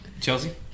Chelsea